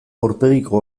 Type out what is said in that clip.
aurpegiko